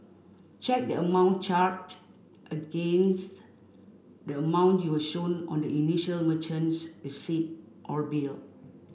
check the amount charge against the amount you were shown on the initial merchant's receipt or bill